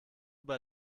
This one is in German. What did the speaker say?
bei